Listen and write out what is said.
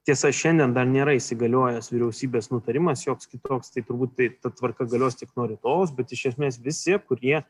tiesa šiandien dar nėra įsigaliojęs vyriausybės nutarimas joks kitoks tai turbūt taip ta tvarka galios tik nuo rytojaus bet iš esmės visi kurie